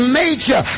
major